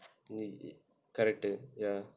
character ya